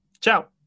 Ciao